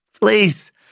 Please